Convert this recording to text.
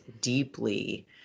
deeply